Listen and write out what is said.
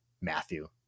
Matthew